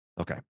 Okay